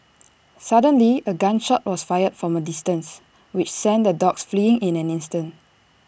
suddenly A gun shot was fired from A distance which sent the dogs fleeing in an instant